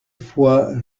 fois